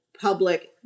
public